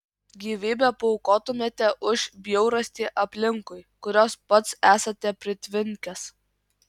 gyvybę paaukotumėte už bjaurastį aplinkui kurios pats esate pritvinkęs